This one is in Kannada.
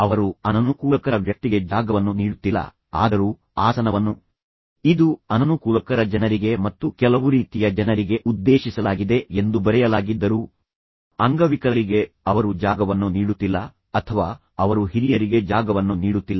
ಅವರು ಅನನುಕೂಲಕರ ವ್ಯಕ್ತಿಗೆ ಜಾಗವನ್ನು ನೀಡುತ್ತಿಲ್ಲ ಆದರೂ ಆಸನವನ್ನು ಇದು ಅನನುಕೂಲಕರ ಜನರಿಗೆ ಮತ್ತು ಕೆಲವು ರೀತಿಯ ಜನರಿಗೆ ಉದ್ದೇಶಿಸಲಾಗಿದೆ ಎಂದು ಬರೆಯಲಾಗಿದ್ದರೂ ಅಂಗವಿಕಲರಿಗೆ ಅವರು ಜಾಗವನ್ನು ನೀಡುತ್ತಿಲ್ಲ ಅಥವಾ ಅವರು ಹಿರಿಯರಿಗೆ ಜಾಗವನ್ನು ನೀಡುತ್ತಿಲ್ಲ